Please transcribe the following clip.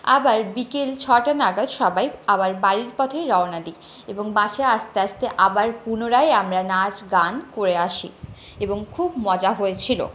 আবার বিকেল ছটা নাগাদ সবাই আবার বাড়ির পথেই রওনা দি এবং বাসে আসতে আসতে আবার পুনরায় আমরা নাচ গান করে আসি এবং খুব মজা হয়েছিল